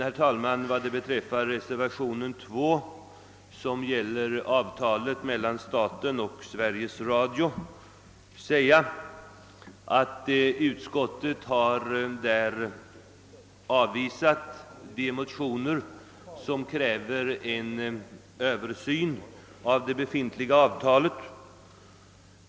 Utskottet har avstyrkt de motioner som önskar en översyn av det befintliga avtalet mellan staten och Sveriges Radio.